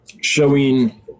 showing